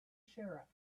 sheriff